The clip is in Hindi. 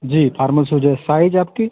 जी फार्मल सूज है साइज आपकी